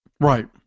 Right